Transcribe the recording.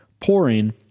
pouring